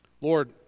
Lord